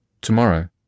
Tomorrow